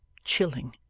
chilling,